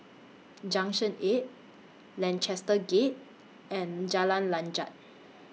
Junction eight Lancaster Gate and Jalan Lanjut